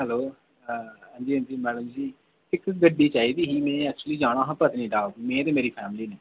hello अंजी अंजी madam ji ते मिगी इक्क गड्डी चाहिदी ही ते में एक्चुअली गड्डी चाहिदी जाना पत्नीटॉप में ते मेरी फैमिली नै